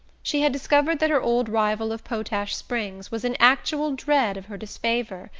she had discovered that her old rival of potash springs was in actual dread of her disfavour,